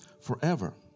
forever